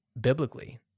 biblically